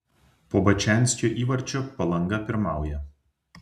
po bačanskio įvarčio palanga pirmauja